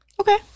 Okay